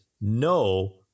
no